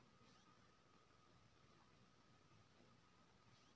बेसी पाई भेजबाक लेल किछ चार्जो लागे छै?